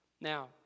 Now